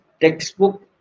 textbook